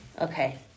okay